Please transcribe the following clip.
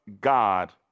God